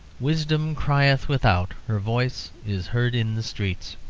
wisdom crieth without her voice is heard in the streets